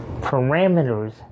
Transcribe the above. parameters